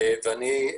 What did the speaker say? אני,